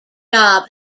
job